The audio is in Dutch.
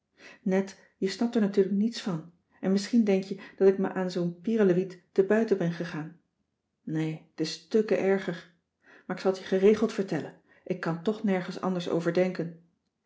net je snapt er natuurlijk niets van en misschien denk je dat ik me aan zoo'n pierelewiet te buiten ben gegaan nee t is stukken erger maar ik zal t je geregeld vertellen ik kan toch nergens anders over denken